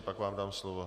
Pak vám dám slovo .